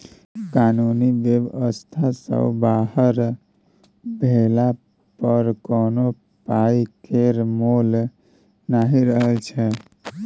कानुनी बेबस्था सँ बाहर भेला पर कोनो पाइ केर मोल नहि रहय छै